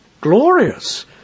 Glorious